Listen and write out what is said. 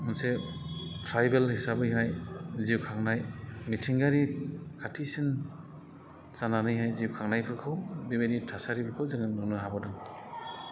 मोनसे ट्रायबेल हिसाबैहाय जिउ खांनाय मिथिंगायारि खाथिसिन जानानैहाय जिउ खांनायफोरखौ बेबायदि थासारिफोरखौ जोङो नुनो हाहरदों